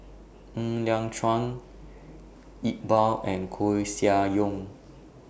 Ng Liang Chiang Iqbal and Koeh Sia Yong